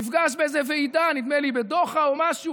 שהשייח' באדר נפגש באיזו ועידה בדוחה, או משהו,